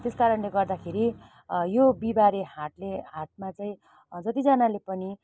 त्यस कारणले गर्दाखेरि यो बिहीबारे हाटले हाटमा चाहिँ जतिजनाले पनि